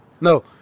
No